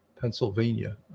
Pennsylvania